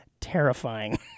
terrifying